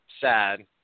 sad